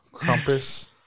compass